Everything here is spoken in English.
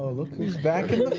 look who's back